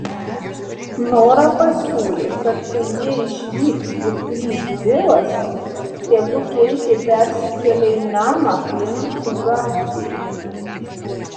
nora pasiūlė kad kai jie išvyks ir grįš bilas tegu keitė persikelia į namą princų gatvėje